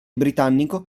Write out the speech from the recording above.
britannico